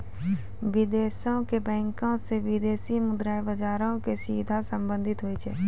विदेशो के बैंको से विदेशी मुद्रा बजारो के सीधा संबंध होय छै